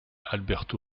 alberto